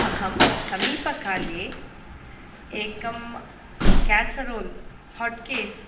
अहं समीपकाले एकं क्यासरोल् होट्केस्